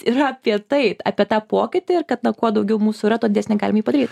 yra apie tai apie tą pokytį ir kad na kuo daugiau mūsų yra tuo didenį galim jį padaryt